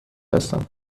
هستم